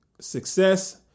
Success